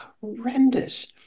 horrendous